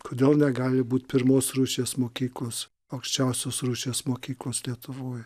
kodėl negali būti pirmos rūšies mokyklos aukščiausios rūšies mokyklos lietuvoj